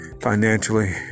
financially